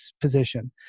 position